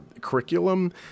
curriculum